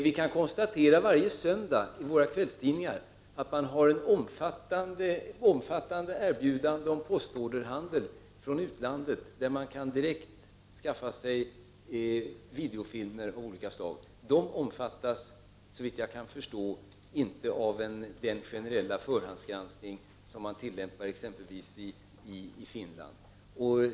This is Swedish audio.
Vi kan konstatera att man varje söndag i våra kvällstidningar har omfattande erbjudanden om postorderhandel från utlandet, där man kan direkt skaffa sig videofilmer av olika slag. De omfattas, såvitt jag kan förstå, inte av den generella förhandsgranskning som man tillämpar exempelvis i Finland.